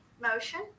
motion